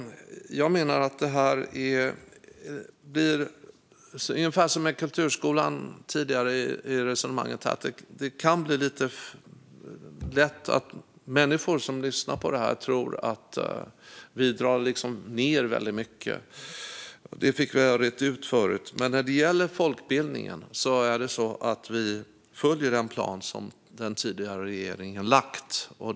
Ungefär som med resonemanget om kulturskolan tidigare kan det lätt bli så att människor som lyssnar på detta tror att vi drar ned väldigt mycket. Det redde vi ut förut. När det gäller folkbildningen följer vi den plan som den tidigare regeringen har lagt fram.